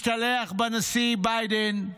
משתלח בנשיא ביידן,